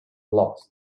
lost